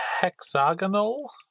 hexagonal